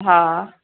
हा